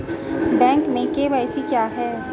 Bank में KYC क्या है?